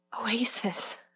Oasis